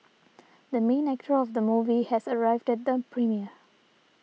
the main actor of the movie has arrived at the premiere